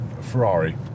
Ferrari